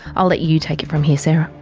i'll let you take it from here, sarah.